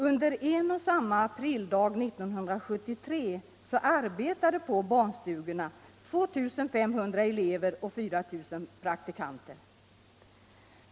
Under en och samma aprildag 1973 arbetade på barnstugorna 2 500 elever och 4 000 praktikanter.